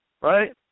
right